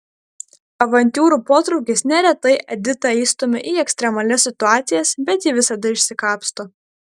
avantiūrų potraukis neretai editą įstumia į ekstremalias situacijas bet ji visada išsikapsto